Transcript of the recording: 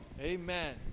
Amen